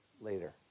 later